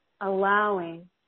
allowing